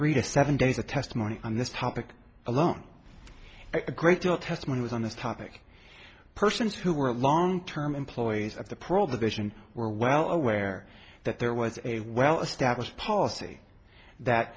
three to seven days of testimony on this topic alone a great deal testimony was on this topic persons who were long term employees at the parole division were well aware that there was a well established policy that